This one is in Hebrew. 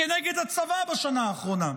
כנגד הצבא בשנה האחרונה.